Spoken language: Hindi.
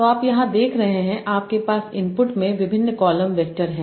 तो आप यहाँ देख रहे हैं आपके पास इनपुट में विभिन्न कॉलम वैक्टर हैं